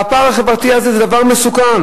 והפער החברתי הזה זה דבר מסוכן,